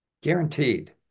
Guaranteed